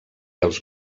els